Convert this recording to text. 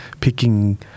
picking